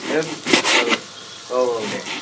ए औ औ दे